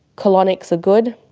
colonics are good,